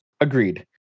Agreed